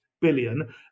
billion